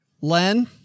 Len